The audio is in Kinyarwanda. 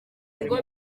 ngo